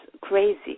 crazy